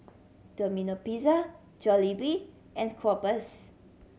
Domino Pizza Jollibee and Schweppes